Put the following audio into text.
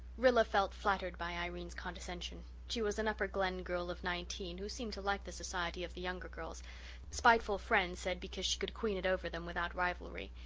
rilla felt flattered by irene's condescension. she was an upper glen girl of nineteen who seemed to like the society of the younger girls spiteful friends said because she could queen it over them without rivalry.